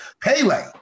Pele